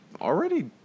already